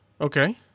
Okay